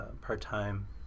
part-time